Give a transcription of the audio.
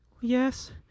Yes